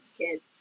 kids